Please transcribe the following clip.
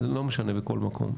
זה לא משנה, בכל מקום.